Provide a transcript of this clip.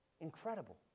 incredible